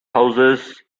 houses